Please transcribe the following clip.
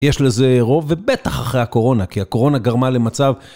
יש לזה רוב ובטח אחרי הקורונה, כי הקורונה גרמה למצב.